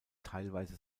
teilweise